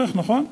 נכון?